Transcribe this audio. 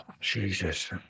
Jesus